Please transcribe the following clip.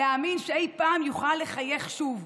להאמין שפעם יוכל לחייך שוב.